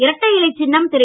இரட்டைஇலை சின்னம் திரு